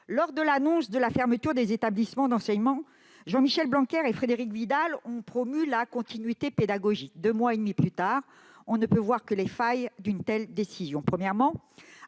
Lors de l'annonce de la fermeture des établissements d'enseignement, Jean-Michel Blanquer et Frédérique Vidal ont promu la « continuité pédagogique ». Deux mois et demi plus tard, on ne peut que voir les failles d'une telle démarche. En voulant